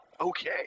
okay